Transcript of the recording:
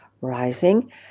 rising